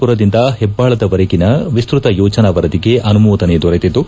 ಪುರದಿಂದ ಹೆಬ್ಬಾಳದವಗಿನ ವಿಸ್ತ್ವುತ ಯೋಜನಾ ವರದಿಗೆ ಅನುಮೋದನೆ ದೊರೆತಿದ್ದು